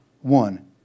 one